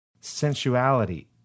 sensuality